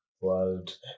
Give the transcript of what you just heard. world